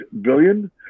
billion